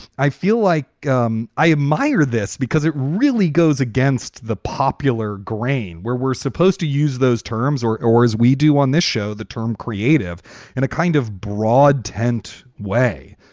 i feel like um i admire this because it really goes against the popular grain where we're supposed to use those terms or or as we do on this show, the term creative in a kind of broad tent way.